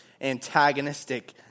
antagonistic